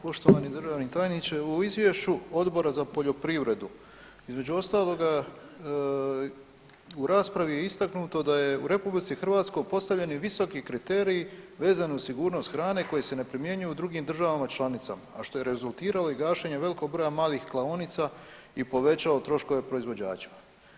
Poštovani državni tajniče u izvješću Odbora za poljoprivredu između ostaloga u raspravi je istaknuto da je u RH postavljeni visoki kriterij vezano uz sigurnost hrane koji se ne primjenjuje u drugim državama članicama, a što je rezultiralo i gašenje velikog broja malih klaonica i povećao troškove proizvođačima.